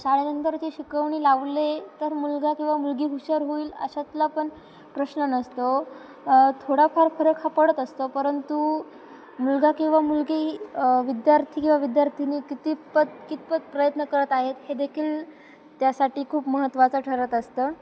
शाळेनंतरची शिकवणी लावले तर मुलगा किंवा मुलगी हुशार होईल अशातला पण प्रश्न नसतो थोडाफार फरक हा पडत असतो परंतु मुलगा किंवा मुलगी विद्यार्थी किंवा विद्यार्थिनी कितपत कितपत प्रयत्न करत आहेत हे देखील त्यासाठी खूप महत्त्वाचं ठरत असतं